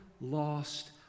lost